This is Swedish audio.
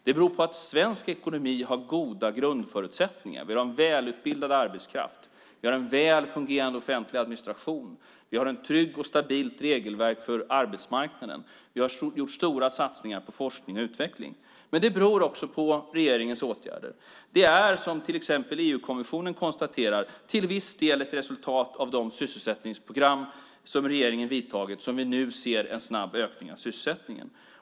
Det beror på att svensk ekonomi har goda grundförutsättningar. Vi har en välutbildad arbetskraft. Vi har en väl fungerande offentlig administration. Vi har ett tryggt och stabilt regelverk för arbetsmarknaden. Vi har gjort stora satsningar på forskning och utveckling. Men det beror också på regeringens åtgärder. Det är, som till exempel EU-kommissionen konstaterar, till viss del som ett resultat av de sysselsättningsprogram som regeringen vidtagit som vi nu ser en snabb ökning av sysselsättningen.